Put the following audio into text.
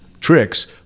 Tricks